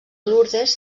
lurdes